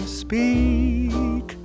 speak